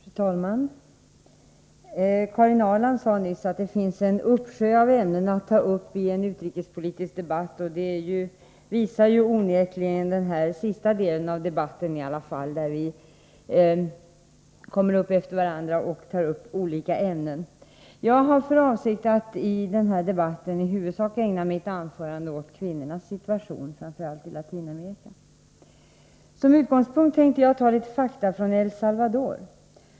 Fru talman! Karin Ahrland sade nyss att det finns en uppsjö av ämnen att ta upp i en utrikespolitisk debatt, och det har onekligen den senare delen av debatten visat. Talarna har alla berört olika ämnen. Jag har för avsikt att i mitt anförande huvudsakligen ägna mig åt kvinnornas situation, främst i Latinamerika. Som utgångspunkt skall jag redovisa en del fakta från El Salvador.